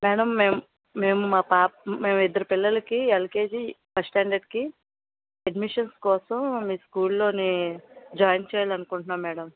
madam మేము మేము మా పాప మేము ఇద్దరి పిల్లలకి ఎల్కేజీ ఫస్ట్ స్టాండర్డ్కి అడ్మిషన్స్ కోసం మీ స్కూల్లోని జాయిన్ చేయాలనుకుంటున్నాం మేడం